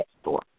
store